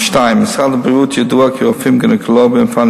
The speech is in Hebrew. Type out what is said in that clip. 2. למשרד הבריאות ידוע כי רופאים גינקולוגים מפנים